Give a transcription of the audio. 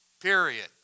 Period